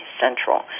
Central